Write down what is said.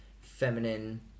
feminine